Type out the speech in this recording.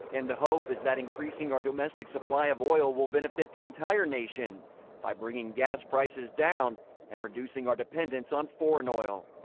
and the hope is that increasing our domestic supply of oil will benefit the entire nation by bringing gas prices down and reducing our dependence on foreign oil.